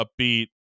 upbeat